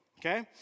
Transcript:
okay